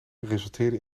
resulteerde